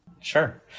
Sure